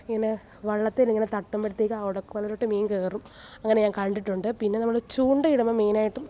ഇങ്ങനെ വള്ളത്തിൽനിന്ന് ഇങ്ങനെ തട്ടുമ്പഴത്തേക്കും ആ ഒടക്കുവലയിലോട്ട് മീൻ കയറും അങ്ങനെ ഞാൻ കണ്ടിട്ടുണ്ട് പിന്നെ നമ്മൾ ചൂണ്ടയിടുമ്പോൾ മീനായിട്ടും